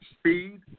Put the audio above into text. speed